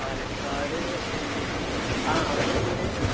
പാലക്കാട് ആ അവിടെയുണ്ട്